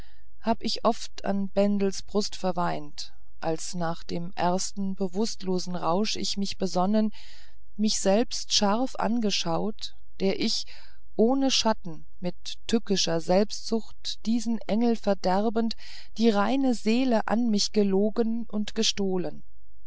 hab ich oft an bendels brust verweint als nach dem ersten bewußtlosen rausch ich mich besonnen mich selbst scharf angeschaut der ich ohne schatten mit tückischer selbstsucht diesen engel verderbend die reine seele an mich gelogen und gestohlen